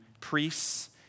priests